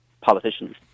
politicians